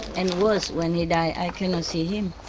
and worse, when he died, i could not see him,